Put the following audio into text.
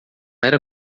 era